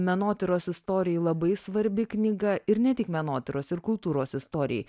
menotyros istorijai labai svarbi knyga ir ne tik menotyros ir kultūros istorijai